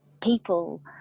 people